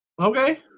Okay